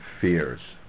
fears